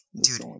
dude